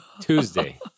Tuesday